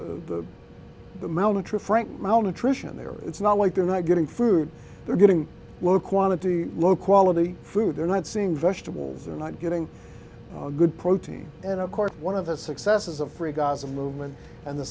friend malnutrition there it's not like they're not getting food they're getting low quantity low quality food they're not seeing vegetables they're not getting a good protein and of course one of the successes of free gaza movement and the